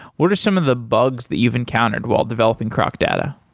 what are some of the bugs that you've encountered while developing crocdata?